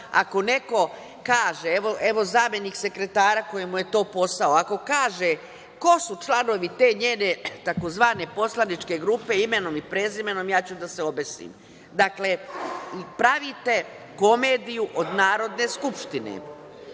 ako neko kaže, evo zamenik sekretara koji mu je to posao, ako kaže – ko su članovi te njene tzv. poslaničke grupe imenom i prezimenom, ja ću da se obesim? Dakle, pravite komediju od Narodne skupštine,